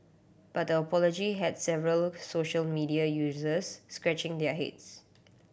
but the apology had several social media users scratching their heads